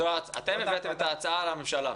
אתם הבאתם את ההצעה לממשלה.